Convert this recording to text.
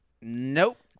Nope